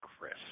Chris